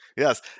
Yes